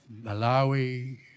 Malawi